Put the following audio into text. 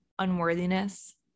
unworthiness